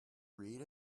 read